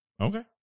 okay